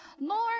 Lord